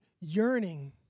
yearning